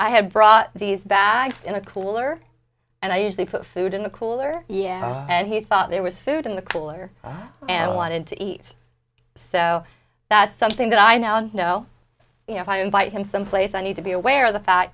i have brought these bags in a cooler and i usually put food in the cooler and he thought there was food in the cooler and i wanted to eat so that's something that i now know if i invite him someplace i need to be aware of the fact